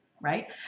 right